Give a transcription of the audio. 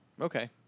Okay